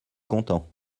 content